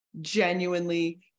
genuinely